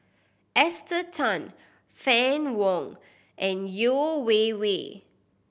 Esther Tan Fann Wong and Yeo Wei Wei